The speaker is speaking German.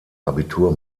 abitur